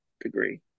degree